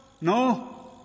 No